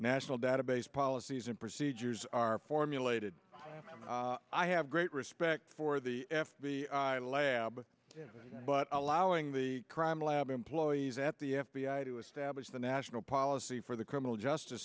national database policies and procedures are formulated i have great respect for the f b i lab but allowing the crime lab employees at the f b i to establish the national policy for the criminal justice